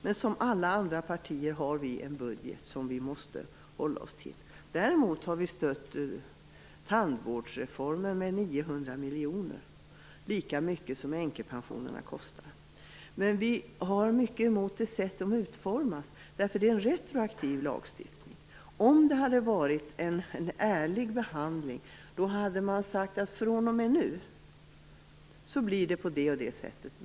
Men som alla andra partier har vi en budget som vi måste hålla oss till. Däremot har vi stött tandvårdsreformen med 900 miljoner kronor, lika mycket som änkepensionerna kostar. Vi motsätter oss änkepensionens utformning. Det är nämligen en retroaktiv lagstiftning. Om det hade skett en ärlig behandling skulle man ha talat om att från och med nu blir det på ett visst sätt.